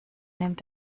nimmt